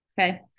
Okay